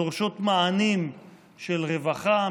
הדורשות מענים של רווחה,